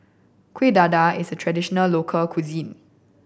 Kueh Dadar is a traditional local cuisine